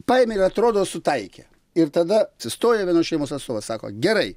paėmė ir atrodo sutaikė ir tada atsistojo vienos šeimos atstovas sako gerai